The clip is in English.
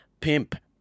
Pimp